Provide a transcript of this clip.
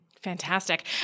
Fantastic